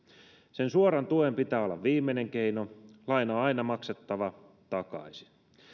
sen suoran tuen pitää olla viimeinen keino laina on aina maksettava takaisin